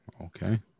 Okay